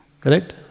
Correct